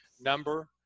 number